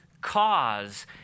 cause